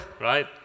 right